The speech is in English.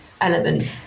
element